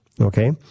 okay